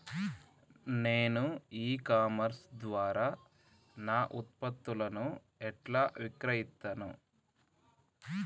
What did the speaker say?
నేను e commerce ద్వారా నా ఉత్పత్తులను ఎట్లా విక్రయిత్తను?